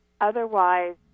Otherwise